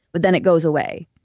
but then it goes away.